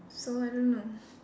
so I don't know